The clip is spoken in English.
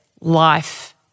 life